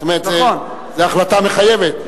זאת אומרת, זאת החלטה מחייבת.